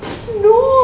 no